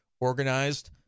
organized